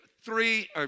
three